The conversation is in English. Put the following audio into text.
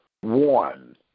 one